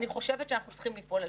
אני גם לא חושב שנכון לדבר במסמרות,